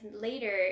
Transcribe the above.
later